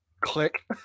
Click